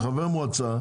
שחבר מועצה,